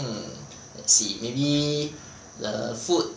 mm let's see maybe the food